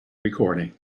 recording